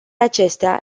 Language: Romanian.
acestea